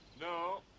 No